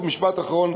משפט אחרון.